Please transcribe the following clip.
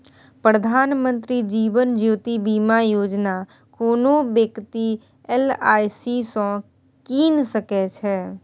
प्रधानमंत्री जीबन ज्योती बीमा योजना कोनो बेकती एल.आइ.सी सँ कीन सकै छै